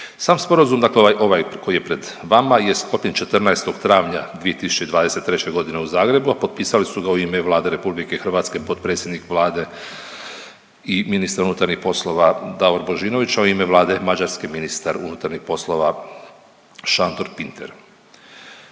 Sam Sporazum, dakle ovaj koji je pred vama je sklopljen 14. travnja 2023. g. u Zagrebu, a potpisali su ga u ime Vlade RH potpredsjednik Vlade i ministar unutarnjih poslova Davor Božinovići, a u ime Vlade Mađarske ministar unutarnjih poslova Sandor Pinter.